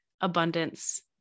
abundance